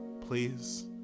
please